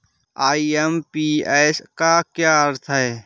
IMPS का क्या अर्थ है?